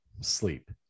sleep